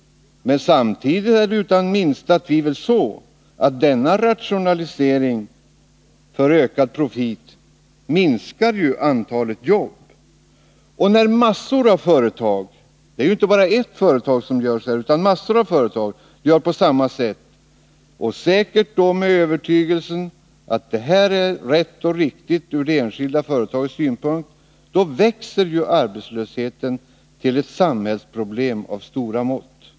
Men samtidigt är det utan minsta tvivel så att denna rationalisering för ökad profit minskar antalet jobb. Och när massor av företag — det rör sig ju inte bara om ett — gör på samma sätt, säkert med övertygelsen att detta är rätt och riktigt ur det enskilda företagets synpunkt, då växer arbetslösheten till ett samhällsproblem av stora mått.